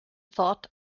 thought